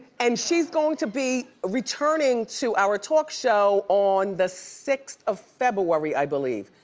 and she's going to be returning to our talk show on the sixth of february i believe.